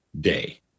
day